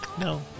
No